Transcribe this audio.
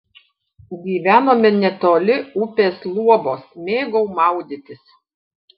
gyvenome netoli upės luobos mėgau maudytis